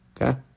okay